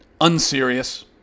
unserious